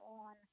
on